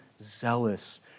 zealous